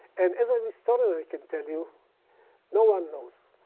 and as a historian, i can tell you no one knows.